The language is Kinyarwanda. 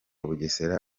bugesera